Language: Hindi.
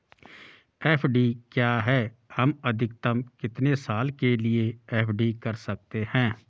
एफ.डी क्या है हम अधिकतम कितने साल के लिए एफ.डी कर सकते हैं?